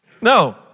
No